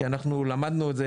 כי אנחנו למדנו את זה.